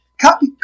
Copy